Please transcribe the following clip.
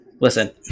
listen